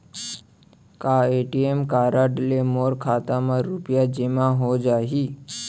का ATM card ले मोर खाता म रुपिया जेमा हो जाही?